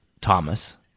Thomas